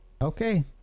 Okay